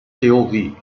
theorie